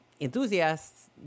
enthusiasts